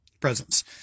presence